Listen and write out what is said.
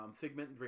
Figment